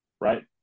right